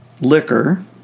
liquor